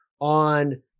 on